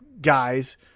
guys